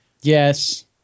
Yes